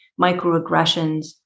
microaggressions